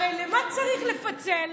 הרי למה צריך לפצל?